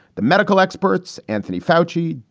the medical experts anthony foushee,